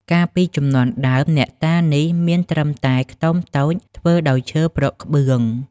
កាលពីជំនាន់ដើម អ្នកតានេះមានត្រឹមតែខ្ទមតូច ធ្វើដោយឈើប្រក់ក្បឿង ។